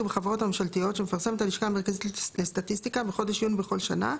בחברות הממשלתיות שמפרסמת הלשכה המרכזית לסטטיסטיקה בחודש יוני בכל שנה,